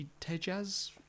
Tejaz